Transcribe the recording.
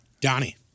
Donnie